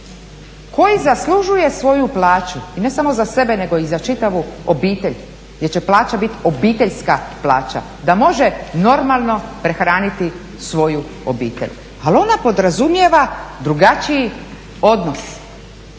koji zaslužuje svoju plaću i ne samo za sebe, nego i za čitavu obitelj jer će plaća biti obiteljska plaća da može normalno prehraniti svoju obitelj. Ali ona podrazumijeva drugačiji odnos,